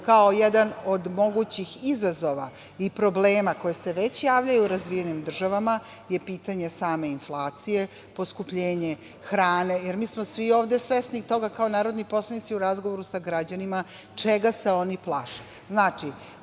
kao jedan od mogućih izazova i problema koji se već javljaju u razvijenim državama je pitanje same inflacije, poskupljenje hrane, jer mi smo svi ovde svesni toga kao narodni poslanici u razgovoru sa građanima, čega se oni plaše.